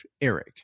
Eric